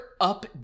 up